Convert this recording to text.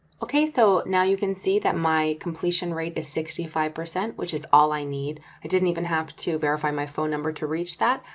okay, so now you can see that my completion rate is sixty five, which is all i need, i didn't even have to verify my phone number to reach that,